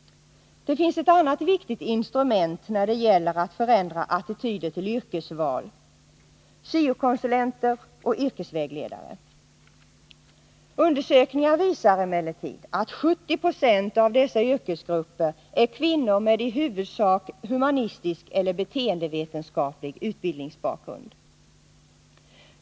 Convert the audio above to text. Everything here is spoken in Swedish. Det finns ett annat viktigt instrument när det gäller att förändra attityder till yrkesval — syokonsulenter och yrkesvägledare. Undersökningar visar emellertid att 70 20 av dessa yrkesgrupper är kvinnor med i huvudsak humanistisk eller beteendevetenskaplig utbildningsbakgrund.